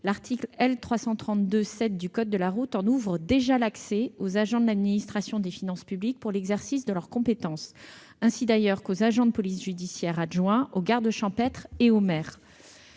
l'article L. 330-2 du code de la route l'ouvre déjà aux agents de l'administration des finances publiques pour l'exercice de leurs compétences, ainsi d'ailleurs qu'aux agents de police judiciaire adjoints, aux gardes champêtres et aux maires.